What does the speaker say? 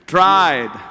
Tried